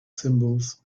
symbols